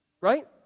right